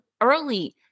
early